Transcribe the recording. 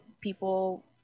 People